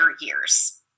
years